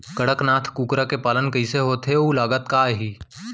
कड़कनाथ कुकरा के पालन कइसे होथे अऊ लागत का आही?